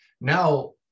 Now